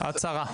כן, הצהרה.